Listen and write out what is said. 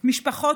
משפחות